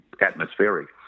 atmospheric